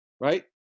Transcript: right